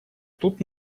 тут